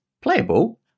playable